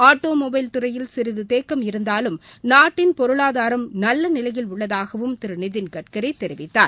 ஆட்டோமொனபல் துறையில் சிறிதுதேக்கம் இருந்தாலும் நாட்டின் பொருளாதாரம் நல்லநிலையில் உள்ளதாகவும் திருநிதின்கட்கரிதெரிவித்தார்